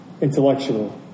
intellectual